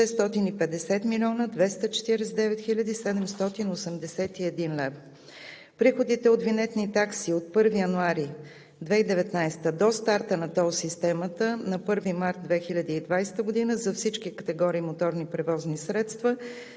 650 млн. 249 хил. 781 лв. Приходите от винетни такси от 1 януари 2019 г. до старта на тол системата на 1 март 2020 г. за всички категории моторни превозни средства